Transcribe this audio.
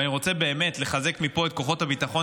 ואני רוצה באמת לחזק מפה את כוחות הביטחון,